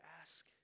ask